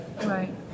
Right